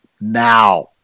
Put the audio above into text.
now